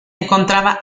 encontraba